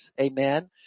Amen